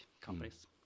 companies